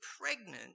pregnant